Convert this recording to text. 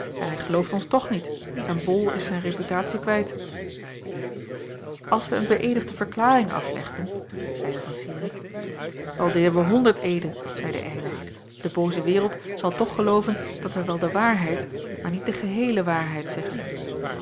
zaak hij gelooft ons toch niet en bol is zijn reputatie kwijt als wij een beëedigde verklaring aflegden zeide an irik l die honderd eeden zeide eylar de booze wereld zal toch gelooven dat wij wel de waarheid maar niet de geheele waarheid zeggen